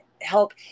help